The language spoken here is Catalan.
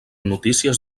notícies